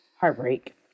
heartbreak